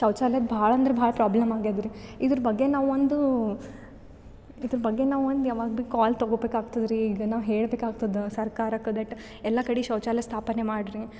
ಶೌಚಾಲಯದ್ದು ಭಾಳ ಅಂದ್ರೆ ಭಾಳ ಪ್ರಾಬ್ಲಮ್ ಆಗ್ಯಾದ ರೀ ಇದ್ರ ಬಗ್ಗೆ ನಾವು ಒಂದು ಇದ್ರ ಬಗ್ಗೆ ನಾವು ಒಂದು ಯಾವಾಗ ಬಿ ಕಾಲ್ ತಗೋಬೇಕಾಗ್ತದೆ ರೀ ಇದು ನಾವು ಹೇಳ್ಬೇಕು ಆಗ್ತದ ಸರ್ಕಾರಕ್ಕೆ ದಟ್ ಎಲ್ಲ ಕಡೆ ಶೌಚಾಲಯ ಸ್ಥಾಪನೇ ಮಾಡ್ರಿ